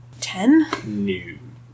Ten